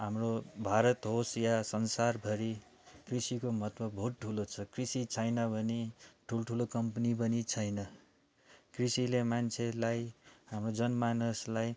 हाम्रो भारत होस् या संसारभरि कृषिको महत्त्व बहुत ठुलो छ कृषि छैन भने ठुल्ठुलो कम्पनी पनि छैन कृषिले मान्छेलाई हाम्रो जनमानसलाई